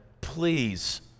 please